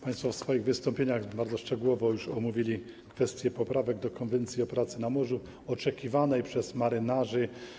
Państwo w swoich wystąpieniach bardzo szczegółowo omówili kwestię poprawek do Konwencji o pracy na morzu, oczekiwanej przez marynarzy.